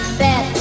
bet